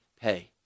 pay